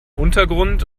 untergrund